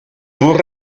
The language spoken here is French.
pour